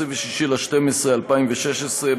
26 בדצמבר 2016,